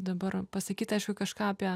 dabar pasakyt aišku kažką apie